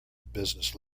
business